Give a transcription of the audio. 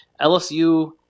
LSU